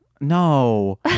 No